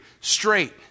straight